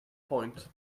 point